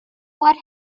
what